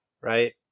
right